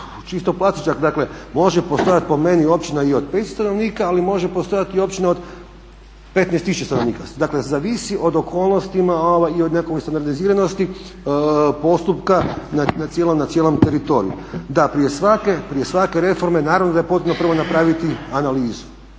se ne razumije./… dakle može postojati po meni općina i od 5 stanovnika, ali može postojati i općina od 15000 stanovnika. Dakle, zavisi od okolnostima i od neke standardiziranosti postupka na cijelom teritoriju. Da, prije svake reforme naravno da je potrebno prije napraviti analizu.